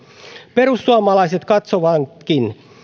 perussuomalaiset katsovatkin